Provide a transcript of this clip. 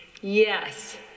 Yes